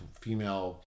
female